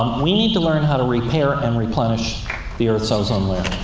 we need to learn how to repair and replenish the earth's ozone layer.